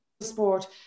sport